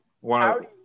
one